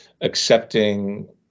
accepting